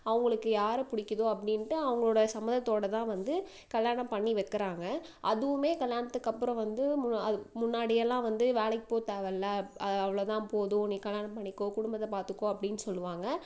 அவங்களுக்கு யாரைப் புடிக்கிதோ அப்படின்ட்டு அவங்களோட சம்மதத்தோடதான் வந்து கல்யாணம் பண்ணி வைக்கறாங்க அதுவுமே கல்யாணத்துக்கு அப்புறம் வந்து முன அது முன்னாடி எல்லாம் வந்து வேலைக்குப் போத்தேவல்ல அவ்வளோதான் போதும் நீ கல்லாணம் பண்ணிக்கோ குடும்பத்தை பார்த்துக்கோ அப்படின் சொல்லுவாங்கள்